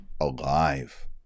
alive